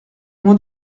mon